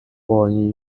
born